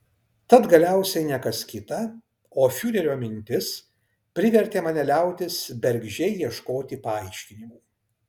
tad galiausiai ne kas kita o fiurerio mintis privertė mane liautis bergždžiai ieškoti paaiškinimų